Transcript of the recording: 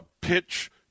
pitch